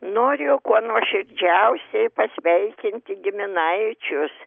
noriu kuo nuoširdžiausiai pasveikinti giminaičius